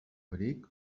abric